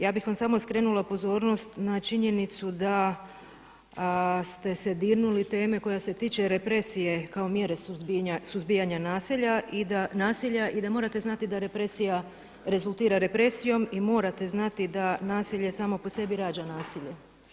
Ja bih vam samo skrenula pozornost na činjenicu da ste se dirnuli teme koja se tiče represije kao mjere suzbijanja nasilja i da morate znati da represija rezultira represijom i da morate znati da nasilje samo po sebi rađa nasilje.